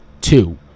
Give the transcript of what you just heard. two